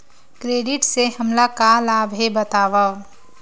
Credit से हमला का लाभ हे बतावव?